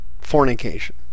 Fornication